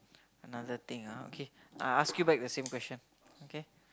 another thing ah okay I'll ask you back the same question okay